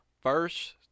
first